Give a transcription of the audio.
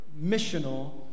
missional